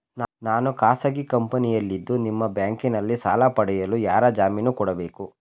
ನಾನು ಖಾಸಗಿ ಕಂಪನಿಯಲ್ಲಿದ್ದು ನಿಮ್ಮ ಬ್ಯಾಂಕಿನಲ್ಲಿ ಸಾಲ ಪಡೆಯಲು ಯಾರ ಜಾಮೀನು ಕೊಡಬೇಕು?